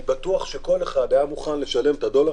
אני בטוח שכל אחד היה מוכן לשלם את הדולר